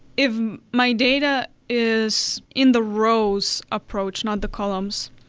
if my data is in the rows approach, not the columns,